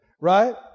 Right